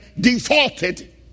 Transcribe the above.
defaulted